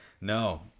No